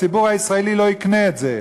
הציבור הישראלי לא יקנה את זה.